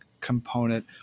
Component